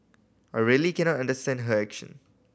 I really cannot understand her action